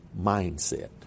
mindset